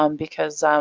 um because